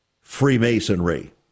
Freemasonry